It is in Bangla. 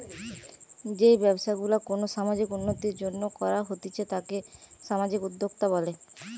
যেই ব্যবসা গুলা কোনো সামাজিক উন্নতির জন্য করা হতিছে তাকে সামাজিক উদ্যোক্তা বলে